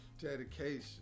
Dedication